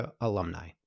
alumni